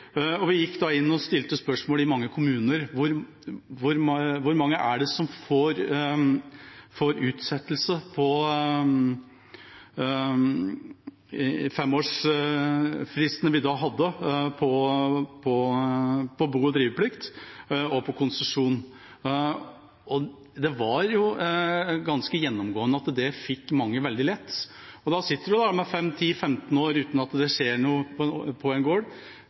Vi stilte da spørsmål til mange kommuner om hvor mange det var som fikk utsettelse på femårsfristene vi da hadde på bo- og driveplikten og på konsesjon. Ganske gjennomgående fikk vi til svar at det fikk mange veldig lett. Da går det 5, 10 og 15 år uten at det skjer noe på gårdene. Det betyr at driverne, som blir eldre og eldre, sitter på vent til det skal skje en